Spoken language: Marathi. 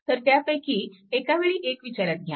तर त्यांपैकी एकावेळी एक विचारात घ्या